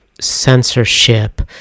censorship